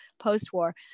post-war